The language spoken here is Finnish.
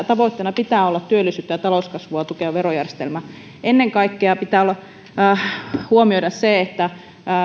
tavoitteena pitää olla työllisyyttä ja talouskasvua tukeva verojärjestelmä ennen kaikkea pitää huomioida se että